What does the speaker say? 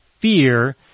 fear